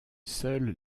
seule